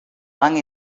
lang